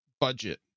budget